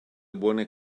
buone